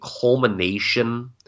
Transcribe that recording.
culmination